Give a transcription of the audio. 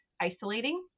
isolating